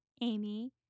Amy